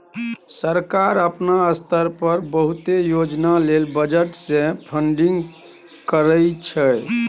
सरकार अपना स्तर पर बहुते योजना लेल बजट से फंडिंग करइ छइ